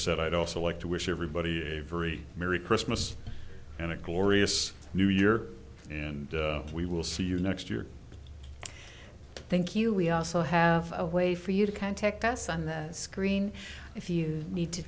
said i'd also like to wish everybody a very merry christmas and a glorious new year and we will see you next year thank you we also have a way for you to contact us on the screen if you need to